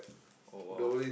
oh !wow!